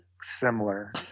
similar